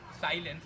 silence